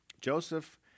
Joseph